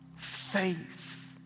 faith